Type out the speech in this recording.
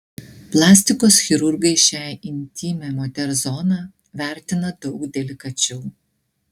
plastikos chirurgai šią intymią moters zoną vertina daug delikačiau